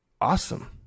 awesome